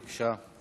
בבקשה.